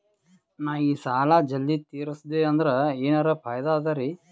ನಾ ಈ ಸಾಲಾ ಜಲ್ದಿ ತಿರಸ್ದೆ ಅಂದ್ರ ಎನರ ಫಾಯಿದಾ ಅದರಿ?